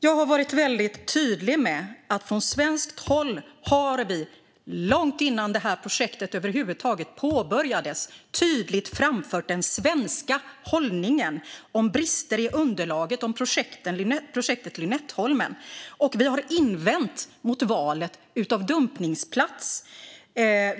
Jag har varit väldigt tydlig med att vi från svenskt håll, långt innan projektet över huvud taget påbörjades, tydligt har framfört den svenska hållningen om brister i underlaget om projektet Lynetteholmen. Vi har också invänt mot valet av dumpningsplats.